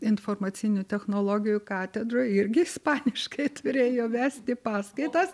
informacinių technologijų katedroj irgi ispaniškai turėjo vesti paskaitas